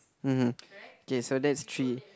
(mm hmm) okay so that's three